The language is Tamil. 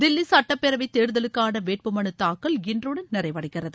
தில்லிசட்டப்பேரவைதேர்தலுக்கானவேட்புமனுதாக்கல் இன்றுடன் நிறைவடைகிறது